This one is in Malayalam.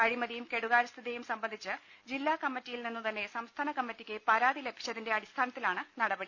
അഴിമതിയും കെടുകാര്യസ്ഥതയും സംബന്ധിച്ച് ജില്ലാ കമ്മിറ്റിയിൽ നിന്നു തന്നെ സംസ്ഥാന കമ്മിറ്റിക്ക് പരാതി ലഭിച്ചതിന്റെ അടിസ്ഥാനത്തിലാണ് നടപടി